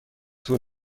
طول